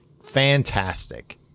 Fantastic